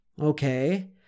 Okay